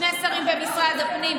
שני שרים במשרד הפנים.